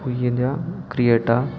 Creta